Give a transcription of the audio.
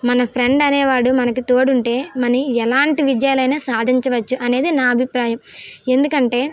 మన ఫ్రెండ్ అనేవాడు మనకి తోడుంటే మనీ ఎలాంటి విజయాలైనా సాధించవచ్చు అనేది నా అభిప్రాయం ఎందుకంటే